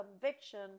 conviction